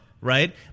right